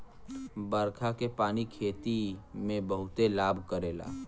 बरखा के पानी खेती में बहुते लाभ करेला